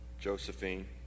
Josephine